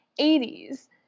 80s